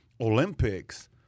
Olympics